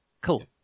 Cool